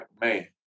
man